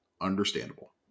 understandable